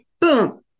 Boom